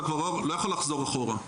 אתה כבר לא יכול לחזור אחורה.